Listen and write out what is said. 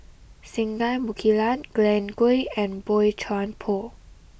Singai Mukilan Glen Goei and Boey Chuan Poh